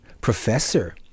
professor